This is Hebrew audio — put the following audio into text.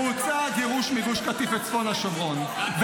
בוצע הגירוש מגוש קטיף וצפון השומרון,